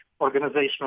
organizational